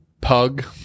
pug